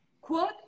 Quote